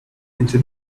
into